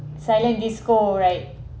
silent disco right